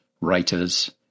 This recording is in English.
writers